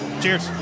cheers